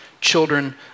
children